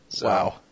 Wow